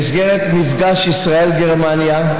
במסגרת מפגש ישראל גרמניה.